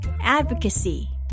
advocacy